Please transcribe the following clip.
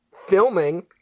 filming